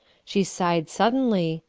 she sighed suddenly,